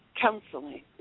counseling